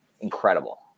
incredible